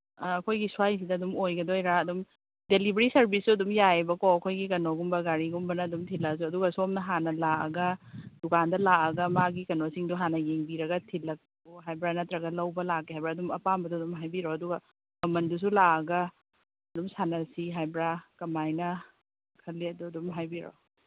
ꯑꯩꯈꯣꯏꯒꯤ ꯁ꯭ꯋꯥꯏꯁꯤꯗ ꯑꯗꯨꯝ ꯑꯣꯏꯒꯗꯣꯏꯔꯥ ꯑꯗꯨꯝ ꯗꯦꯂꯤꯚꯔꯤ ꯁꯥꯔꯚꯤꯁꯁꯨ ꯑꯗꯨꯝ ꯌꯥꯏꯌꯦꯕꯀꯣ ꯑꯩꯈꯣꯏꯒꯤ ꯀꯩꯅꯣꯒꯨꯝꯕ ꯒꯥꯔꯤꯒꯨꯝꯕꯅ ꯑꯗꯨꯝ ꯊꯤꯜꯂꯁꯨ ꯑꯗꯨꯒ ꯁꯣꯝꯅ ꯍꯥꯟꯅ ꯂꯥꯛꯑꯒ ꯗꯨꯀꯥꯟꯗ ꯂꯥꯛꯑꯒ ꯃꯥꯒꯤ ꯀꯩꯅꯣꯁꯤꯡꯗꯣ ꯍꯥꯟꯅ ꯌꯦꯡꯕꯤꯔꯒ ꯊꯤꯜꯂꯛꯎ ꯍꯥꯏꯕ꯭ꯔꯥ ꯅꯠꯇ꯭ꯔꯒ ꯂꯧꯕ ꯂꯥꯛꯀꯦ ꯍꯥꯏꯕ꯭ꯔꯥ ꯑꯗꯨꯝ ꯑꯄꯥꯝꯕꯗꯨ ꯑꯗꯨꯝ ꯍꯥꯏꯕꯤꯔꯛꯑꯣ ꯑꯗꯨꯒ ꯃꯃꯟꯗꯨꯁꯨ ꯂꯥꯛꯑꯒ ꯑꯗꯨꯝ ꯁꯥꯟꯅꯁꯤ ꯍꯥꯏꯕ꯭ꯔꯥ ꯀꯃꯥꯏꯅ ꯈꯜꯂꯤ ꯑꯗꯨ ꯑꯗꯨꯝ ꯍꯥꯏꯕꯤꯔꯛꯑꯣ